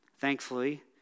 Thankfully